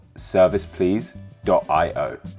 serviceplease.io